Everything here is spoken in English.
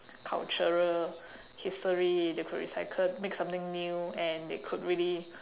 cultural history they could recycle make something new and they could really